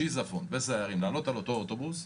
שיזפון וסיירים לעלות על אותו אוטובוס.